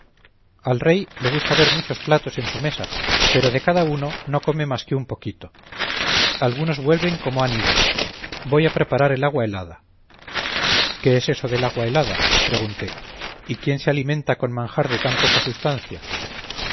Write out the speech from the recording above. al rey le gusta ver muchos platos en su mesa pero de cada uno no come más que un poquito algunos vuelven como han ido voy a preparar el agua helada qué es eso de agua helada pregunté y quién se alimenta con manjar de tan poca sustancia